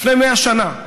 לפני מאה שנה?